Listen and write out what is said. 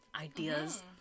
ideas